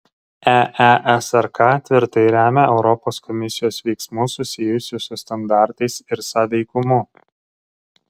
eesrk tvirtai remia europos komisijos veiksmus susijusius su standartais ir sąveikumu